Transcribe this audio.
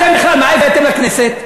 אתם בכלל, מה הבאתם לכנסת?